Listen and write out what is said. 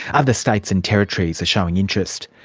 other states and territories are showing interest.